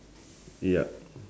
ya